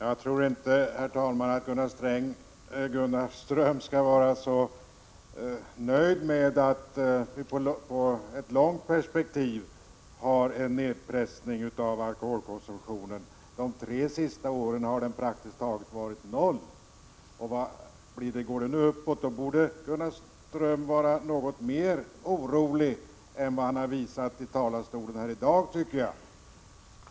Herr talman! Jag tror inte att Gunnar Ström bör vara så nöjd med att vii ett långt perspektiv har en nedpressning av alkoholkonsumtionen. De tre sista åren har nedpressningen praktiskt taget varit noll. Går konsumtionen uppåt borde Gunnar Ström visa något större oro än vad han visade i talarstolen i dag.